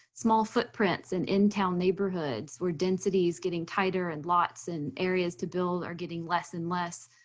small footprints in in-town neighborhoods, where density is getting tighter, and lots and areas to build are getting less and less.